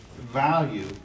value